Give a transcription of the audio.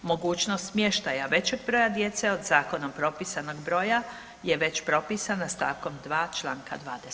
Mogućnost smještaja većeg broja djece od zakonom propisanog broja je već propisana st. 2 čl. 21.